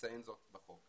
לציין זאת בחוק.